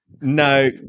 No